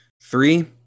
Three